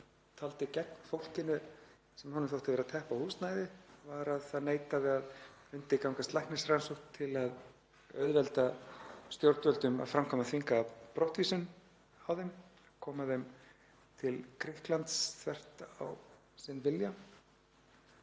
taldi gegn fólkinu sem honum þótti vera að teppa húsnæði, var að það neitaði að undirgangast læknisrannsókn til að auðvelda stjórnvöldum að framkvæma þvingaða brottvísun á þeim, koma þeim til Grikklands þvert á sinn vilja.